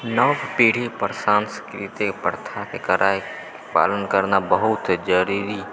नव पीढ़ीपर संस्कृति प्रथाके कड़ाइ पालन करना बहुत जरुरी छै